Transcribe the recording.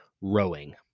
rowing